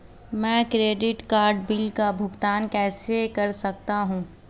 मैं credit card bill का भुगतान कैसे कर सकता हूं?